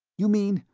you mean,